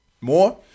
More